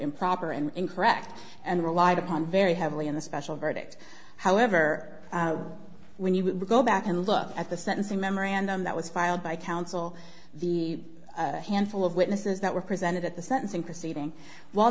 improper and incorrect and relied upon very heavily in the special verdict however when you go back and look at the sentencing memorandum that was filed by counsel the handful of witnesses that were presented at the sentencing proceeding w